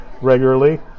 regularly